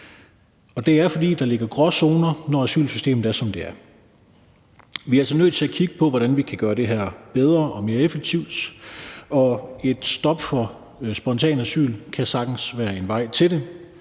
og det er, fordi der er gråzoner, når asylsystemet er, som det er. Vi er altså nødt til at kigge på, hvordan vi kan gøre det her bedre og mere effektivt, og et stop for spontant asyl kan sagtens være en vej til det.